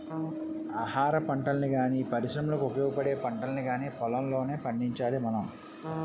ఆహారపంటల్ని గానీ, పరిశ్రమలకు ఉపయోగపడే పంటల్ని కానీ పొలంలోనే పండించాలి మనం